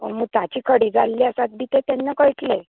मुताची खडी जाल्ली आसा बी तें तेंन्ना कळटलें